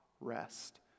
rest